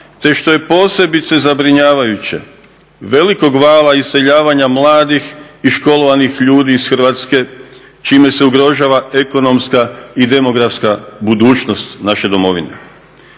te što je posebice zabrinjavajuće velikog vala iseljavanja mladih i školovanih ljudi iz Hrvatske čime se ugrožava ekonomska i demografska budućnost naše domovine.